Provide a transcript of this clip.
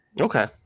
Okay